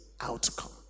outcome